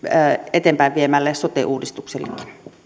eteenpäinviemälle sote uudistuksellekin